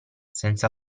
senza